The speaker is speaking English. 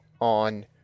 on